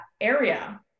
area